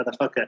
motherfucker